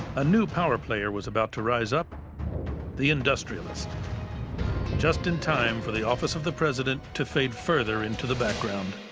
a new power player was about to rise up the industrialist just in time for the office of the president to fade further into the background.